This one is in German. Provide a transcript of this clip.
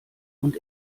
und